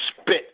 spit